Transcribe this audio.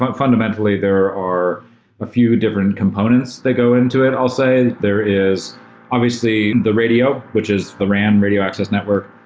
but fundamentally, there are a few different components that go into it i'll say. there is obviously the radio, which is ran, radio access network.